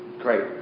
Great